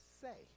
say